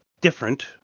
different